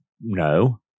No